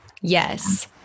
Yes